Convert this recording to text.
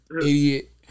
idiot